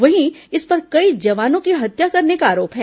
वहीं इस पर कई जवानों की हत्या करने का आरोप है